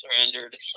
surrendered